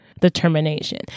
determination